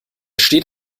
steht